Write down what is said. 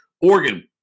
Oregon